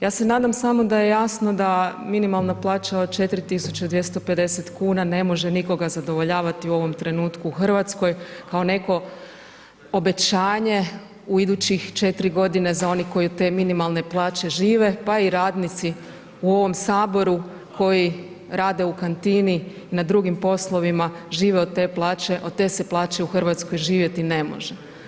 Ja se nadam samo da je jasno da minimalna plaća od 4250 kn ne može nikoga zadovoljavati u ovom trenutku u Hrvatskoj kao neko obećanje u idućih 4 godine za one koji te minimalne plaće žive, pa i radnici u ovom Saboru koji rade u kantini i na drugim poslovima, žive od te plaće od te se plaće u Hrvatskoj živjeti ne može.